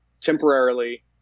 temporarily